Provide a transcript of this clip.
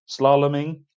Slaloming